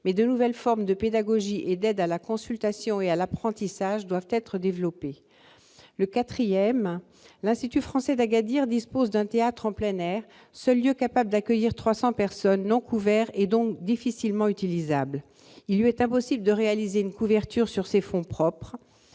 de nouvelles formes de pédagogie et d'aide à la consultation et à l'apprentissage doivent être développées. Quatrièmement, l'Institut français d'Agadir dispose d'un théâtre en plein air, seul lieu capable d'accueillir trois cents personnes, qui n'est pas couvert et qui est donc difficilement utilisable. Il est impossible à l'institut de réaliser une couverture sur ses fonds propres.